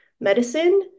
medicine